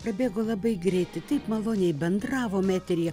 prabėgo labai greitai taip maloniai bendravom eteryje